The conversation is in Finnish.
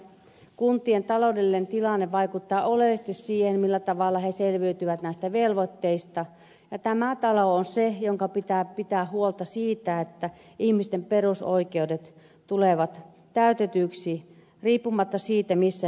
kuntien taloudellinen tilanne vaikuttaa oleellisesti siihen millä tavalla ne selviytyvät näistä velvoitteista ja tämä talo on se jonka pitää pitää huolta siitä että ihmisten perusoikeudet tulevat täytetyiksi riippumatta siitä missä he asuvat